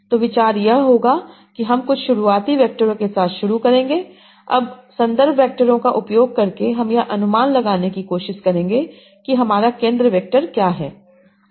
तो विचार यह होगा कि हम कुछ शुरुआती वैक्टरों के साथ शुरू करेंगे अब संदर्भ वैक्टरों का उपयोग करके हम यह अनुमान लगाने की कोशिश करेंगे कि हमारा केंद्र वेक्टर क्या है